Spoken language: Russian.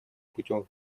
путем